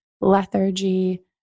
lethargy